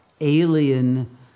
alien